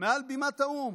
מעל בימת האו"ם.